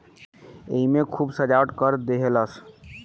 एईमे खूब सजावट कर देहलस